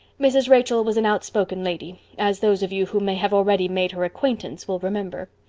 mrs. rachel was an outspoken lady, as those of you who may have already made her acquaintance will remember.